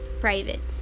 private